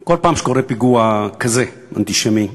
כל פעם שקורה פיגוע כזה, אנטישמי,